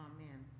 Amen